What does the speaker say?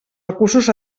recursos